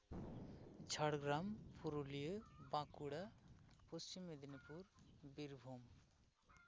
Jhargram Purulia Bankura Paschim Medinipur Birbhum